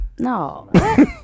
No